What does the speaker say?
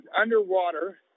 Underwater